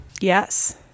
Yes